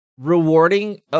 rewarding –